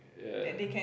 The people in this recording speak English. yeah